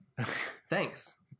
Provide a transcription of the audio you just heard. thanks